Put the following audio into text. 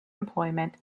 employment